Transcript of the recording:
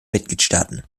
mitgliedstaaten